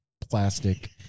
plastic